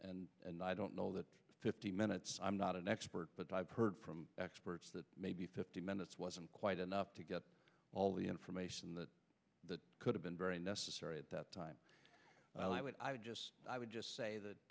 and and i don't know that fifty minutes i'm not an expert but i've heard from experts that maybe fifty minutes wasn't quite enough to get all the information that could have been very necessary at that time and i would just i would just say that